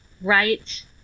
right